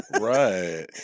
right